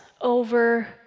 over